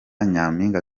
nyampinga